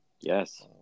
Yes